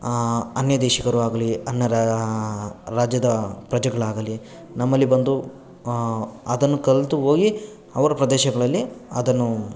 ಅನ್ಯದೇಶಿಗರು ಆಗಲಿ ಅನ್ಯರಾ ರಾಜ್ಯದ ಪ್ರಜೆಗಳಾಗಲಿ ನಮ್ಮಲ್ಲಿ ಬಂದು ಅದನ್ನು ಕಲಿತು ಹೋಗಿ ಅವರ ಪ್ರದೇಶಗಳಲ್ಲಿ ಅದನ್ನು